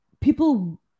people